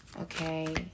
Okay